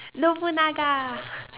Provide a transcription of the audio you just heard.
nobunaga